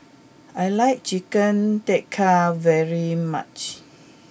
I like Chicken Tikka very much